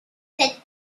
sent